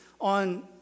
on